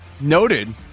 Noted